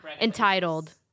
Entitled